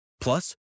Plus